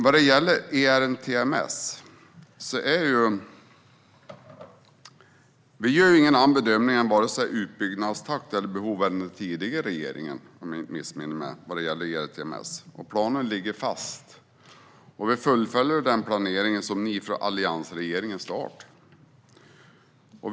Vad gäller ERTMS gör vi ingen annan bedömning av vare sig utbyggnadstakt eller behov än den tidigare regeringen, om jag inte missminner mig. Planen ligger fast, och vi fullföljer den planering som ni från alliansregeringen startade.